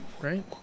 right